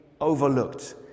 overlooked